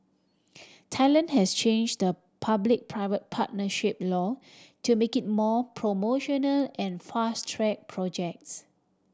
Thailand has change the public private partnership law to make it more promotional and fast track projects